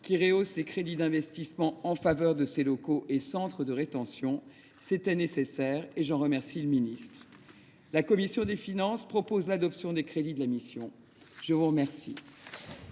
à rehausser les crédits d’investissement en faveur de ces locaux et centres de rétention. C’était nécessaire, et j’en remercie M. le ministre. La commission des finances propose l’adoption des crédits de la mission. La parole